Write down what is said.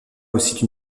aussi